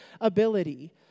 ability